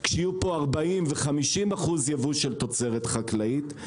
כשיהיו פה 40% ו-50% יבוא של תוצרת חקלאית,